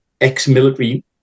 ex-military